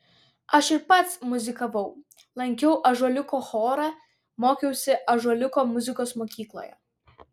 aš ir pats muzikavau lankiau ąžuoliuko chorą mokiausi ąžuoliuko muzikos mokykloje